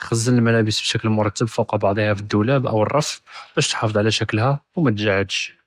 חְזֵן אלמלאבס פי שִכּל מֻרתבּ פוק בעְדהא פי אִלדולאב אוא אלרף באש תחאפס עלא שִכּלהא ו מא תתג'עדש.